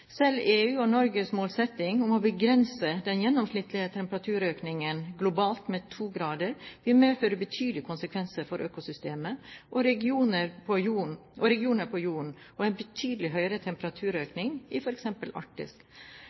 Selv EU og Norges målsetting om å begrense den gjennomsnittlige temperaturøkningen globalt med to grader vil få betydelige konsekvenser for økosystemer og regioner på jorden, og en betydelig høyere temperaturøkning i